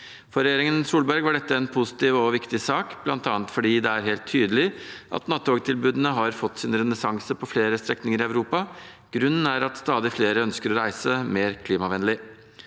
For regjeringen Solberg var dette en positiv og viktig sak, bl.a. på grunn av det som sto i en pressemelding: «Det er helt tydelig at nattogtilbudene har fått sin renessanse på flere strekninger i Europa. Grunnen er at stadig flere ønsker å reise mer klimavennlig.»